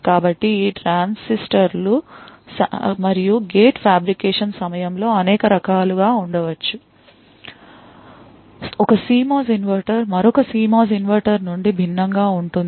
కాబట్టి ఈ ట్రాన్సిస్టర్లు మరియు గేట్ల fabrication సమయంలో అనేక రకాలుగా ఉండవచ్చు ఒక CMOS ఇన్వర్టర్ మరొక CMOS ఇన్వర్టర్ నుండి భిన్నంగా ఉంటుంది